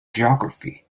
geography